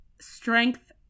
strength